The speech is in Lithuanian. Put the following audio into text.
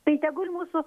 tai tegul mūsų